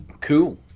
cool